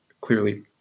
clearly